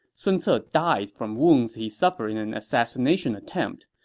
sun ce ah died from wounds he suffered in an assassination attempt,